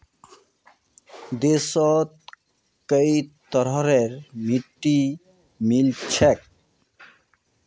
देशत कई तरहरेर मिट्टी मिल छेक